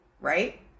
Right